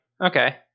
Okay